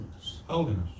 Holiness